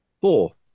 Four